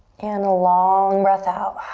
and a long breath out.